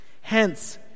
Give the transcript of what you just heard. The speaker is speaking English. Hence